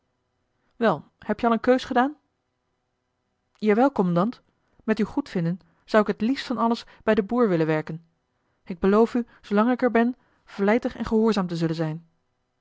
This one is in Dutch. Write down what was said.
wel heb je al een keus gedaan jawel kommandant met uw goedvinden zou ik het liefst van alles bij den boer willen werken ik beloof u zoolang ik er ben vlijtig en gehoorzaam te zullen zijn